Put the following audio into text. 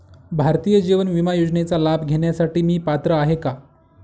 भारतीय जीवन विमा योजनेचा लाभ घेण्यासाठी मी पात्र आहे का?